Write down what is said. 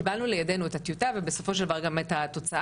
קיבלנו לידינו את הטיוטה ובסופו של דבר גם את התוצאה,